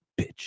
bitch